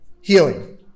healing